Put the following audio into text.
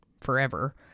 forever